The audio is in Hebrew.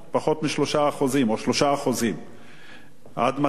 או 3%. עד מתי תימשך החגיגה הזאת?